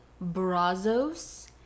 Brazos